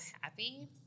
happy